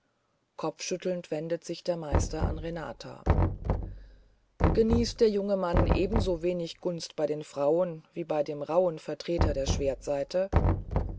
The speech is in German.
kopfschüttelnd wendet der meister sich an renata genießt der junge mann ebenso wenig gunst bei den frauen wie bei diesem rauhen vertreter der